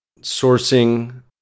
sourcing